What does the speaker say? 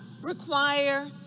require